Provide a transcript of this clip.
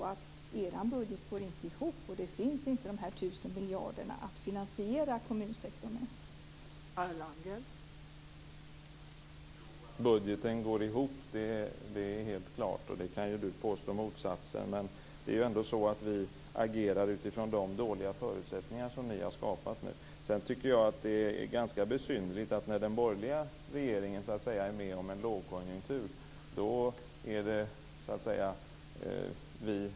Men er budget går inte ihop, och dessa 1 000 miljoner att finansiera kommunsektorn med finns inte.